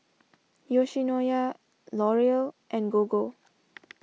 Yoshinoya L'Oreal and Gogo